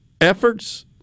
efforts